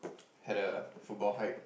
had a football hype